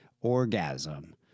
orgasm